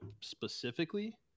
specifically